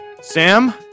Sam